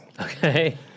Okay